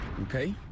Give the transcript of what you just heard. Okay